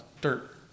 dirt